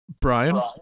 Brian